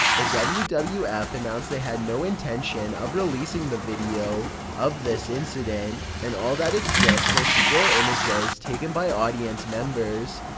the wwf wwf announced they have no intention of releasing the video of this incident, and all that exists are still images taken by audience members.